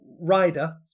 rider